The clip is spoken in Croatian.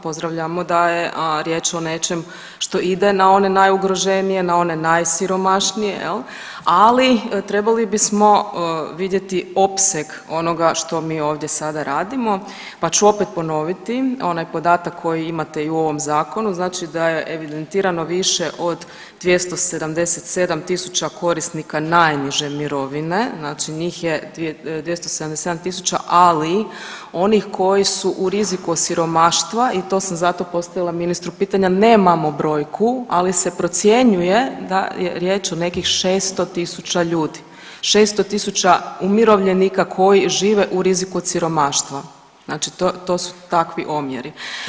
Pozdravljamo da je riječ o nečem što ide na one najugroženije, na one najsiromašnije, ali trebali bismo vidjeti opseg onoga što mi ovdje sada radimo, pa ću opet ponoviti onaj podatak koji imate i u ovom zakonu znači da je evidentirano više od 277.000 korisnika najniže mirovine znači njih je 277.000, ali oni koji su u riziku od siromaštva i to sam zato postavila pitanje, nemamo brojku ali se procjenjuje da je riječ o nekih 600.000 ljudi, 600.000 umirovljenika koji žive u riziku od siromaštva, znači to su takvi omjeri.